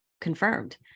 confirmed